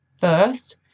first